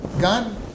God